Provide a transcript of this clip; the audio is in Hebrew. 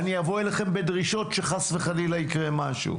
אני אבוא אליכם בדרישות שחס וחלילה יקרה משהו.